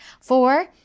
Four